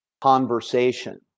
conversation